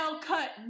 cut